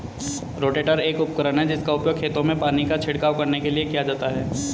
rotator एक उपकरण है जिसका उपयोग खेतों में पानी का छिड़काव करने के लिए किया जाता है